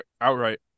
outright